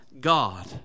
God